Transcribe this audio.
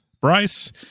Bryce